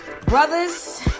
Brothers